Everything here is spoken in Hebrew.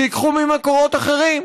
שייקחו ממקורות אחרים.